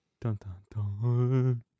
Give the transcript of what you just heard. Dun-dun-dun